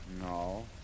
No